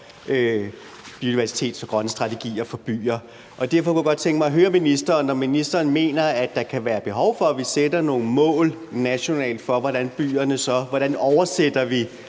biodiversitet og grønne strategier for byer. Derfor kunne jeg godt tænke mig at høre, om ministeren mener, at der kan være behov for, at vi sætter nogle mål nationalt for byerne. Hvordan oversætter vi